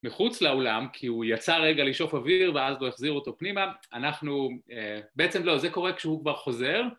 מחוץ לאולם כי הוא יצא רגע לשאוף אוויר ואז הוא יחזיר אותו פנימה אנחנו... בעצם לא, זה קורה כשהוא כבר חוזר